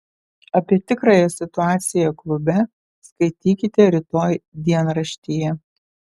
apie tikrąją situaciją klube skaitykite rytoj dienraštyje